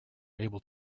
able